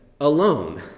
alone